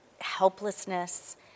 helplessness